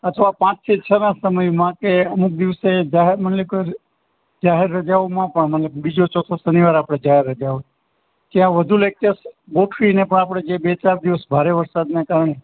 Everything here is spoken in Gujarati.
અથવા પાંચથી છ ના સમયમાં કે અમુક દિવસે જાહેર માની લો કે જાહેર રજાઓમાં પણ મતલબ બીજો ચોથો શનિવાર આપણે જાહેર રજા હોય ત્યાં વધુ લેક્ચર્સ ગોઠવીને પણ આપણે જે બે ચાર દિવસ ભારે વરસાદના કારણે